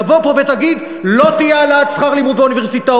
תבוא פה ותגיד: לא תהיה העלאת שכר לימוד באוניברסיטאות,